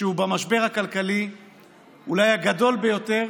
שהוא אולי המשבר הכלכלי הגדול ביותר